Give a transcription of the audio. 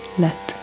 let